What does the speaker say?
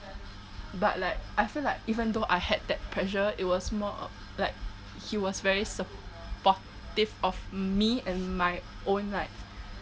but like I feel like even though I had that pressure it was more of like he was very supportive of me and my own like